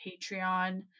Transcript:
patreon